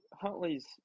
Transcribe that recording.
Huntley's